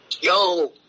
yo